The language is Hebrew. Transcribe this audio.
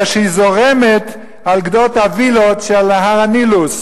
אלא שהיא זורמת על הווילות שעל גדות נהר הנילוס.